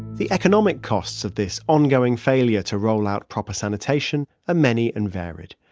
the economic costs of this ongoing failure to roll out proper sanitation are many and varied,